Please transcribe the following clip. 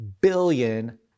billion